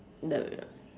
the r~